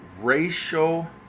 racial